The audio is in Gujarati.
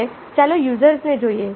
હવે ચાલો યુઝર્સને જોઈએ